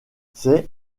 c’est